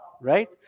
Right